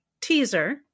teaser